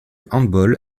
handball